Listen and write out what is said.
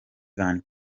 van